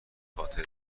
خاطره